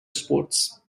sports